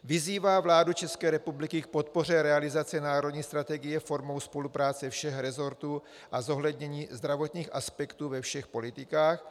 Vyzývá vládu ČR k podpoře realizace národní strategie formou spolupráce všech resortů a zohlednění zdravotních aspektů ve všech politikách.